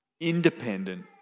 independent